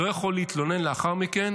לא יכול להתלונן לאחר מכן